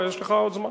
יש לך עוד זמן.